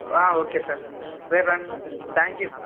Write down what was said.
okay sir రేపు రాండి sir thank you